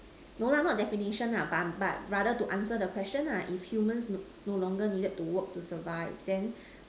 no lah not definition lah but but rather to answer the question lah if humans no no longer needed work to survive then